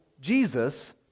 Jesus